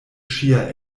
ŝia